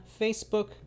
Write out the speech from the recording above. Facebook